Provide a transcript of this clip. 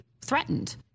threatened